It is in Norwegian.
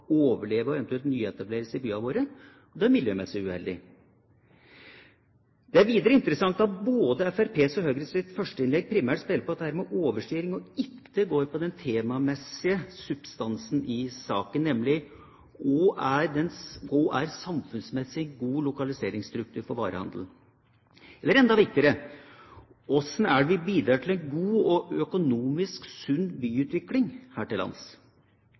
overleve og eventuelt nyetablere seg i byene våre. I tillegg er arealbruken miljømessig uheldig. Det er videre interessant at både Fremskrittspartiets og Høyres førsteinnlegg primært spiller på dette med overstyring og ikke går på den temamessige substansen i saken, nemlig hva som er samfunnsmessig god lokaliseringsstruktur for varehandelen. Eller enda viktigere: Hvordan er det vi bidrar til en god og økonomisk sunn byutvikling her til lands?